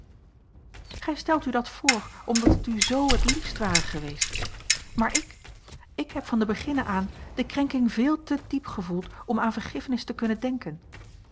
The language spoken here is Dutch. gij stelt u dat voor omdat het u z het liefst ware geweest maar ik ik heb van den beginne aan de krenking veel te diep gevoeld om aan vergiffenis te kunnen denken